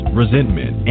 resentment